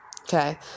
Okay